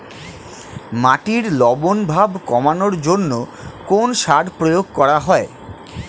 মাটির লবণ ভাব কমানোর জন্য কোন সার প্রয়োগ করা হয়?